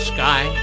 Sky